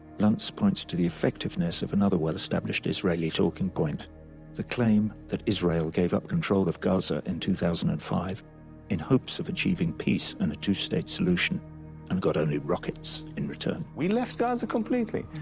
luntz points to the effectiveness of another well-established israeli talking point the claim that israel gave up control of gaza in two thousand and five in hopes of achieving peace and a two-state solution and got only rockets in return. we left gaza completely.